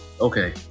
okay